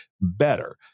better